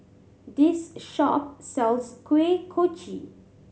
this shop sells Kuih Kochi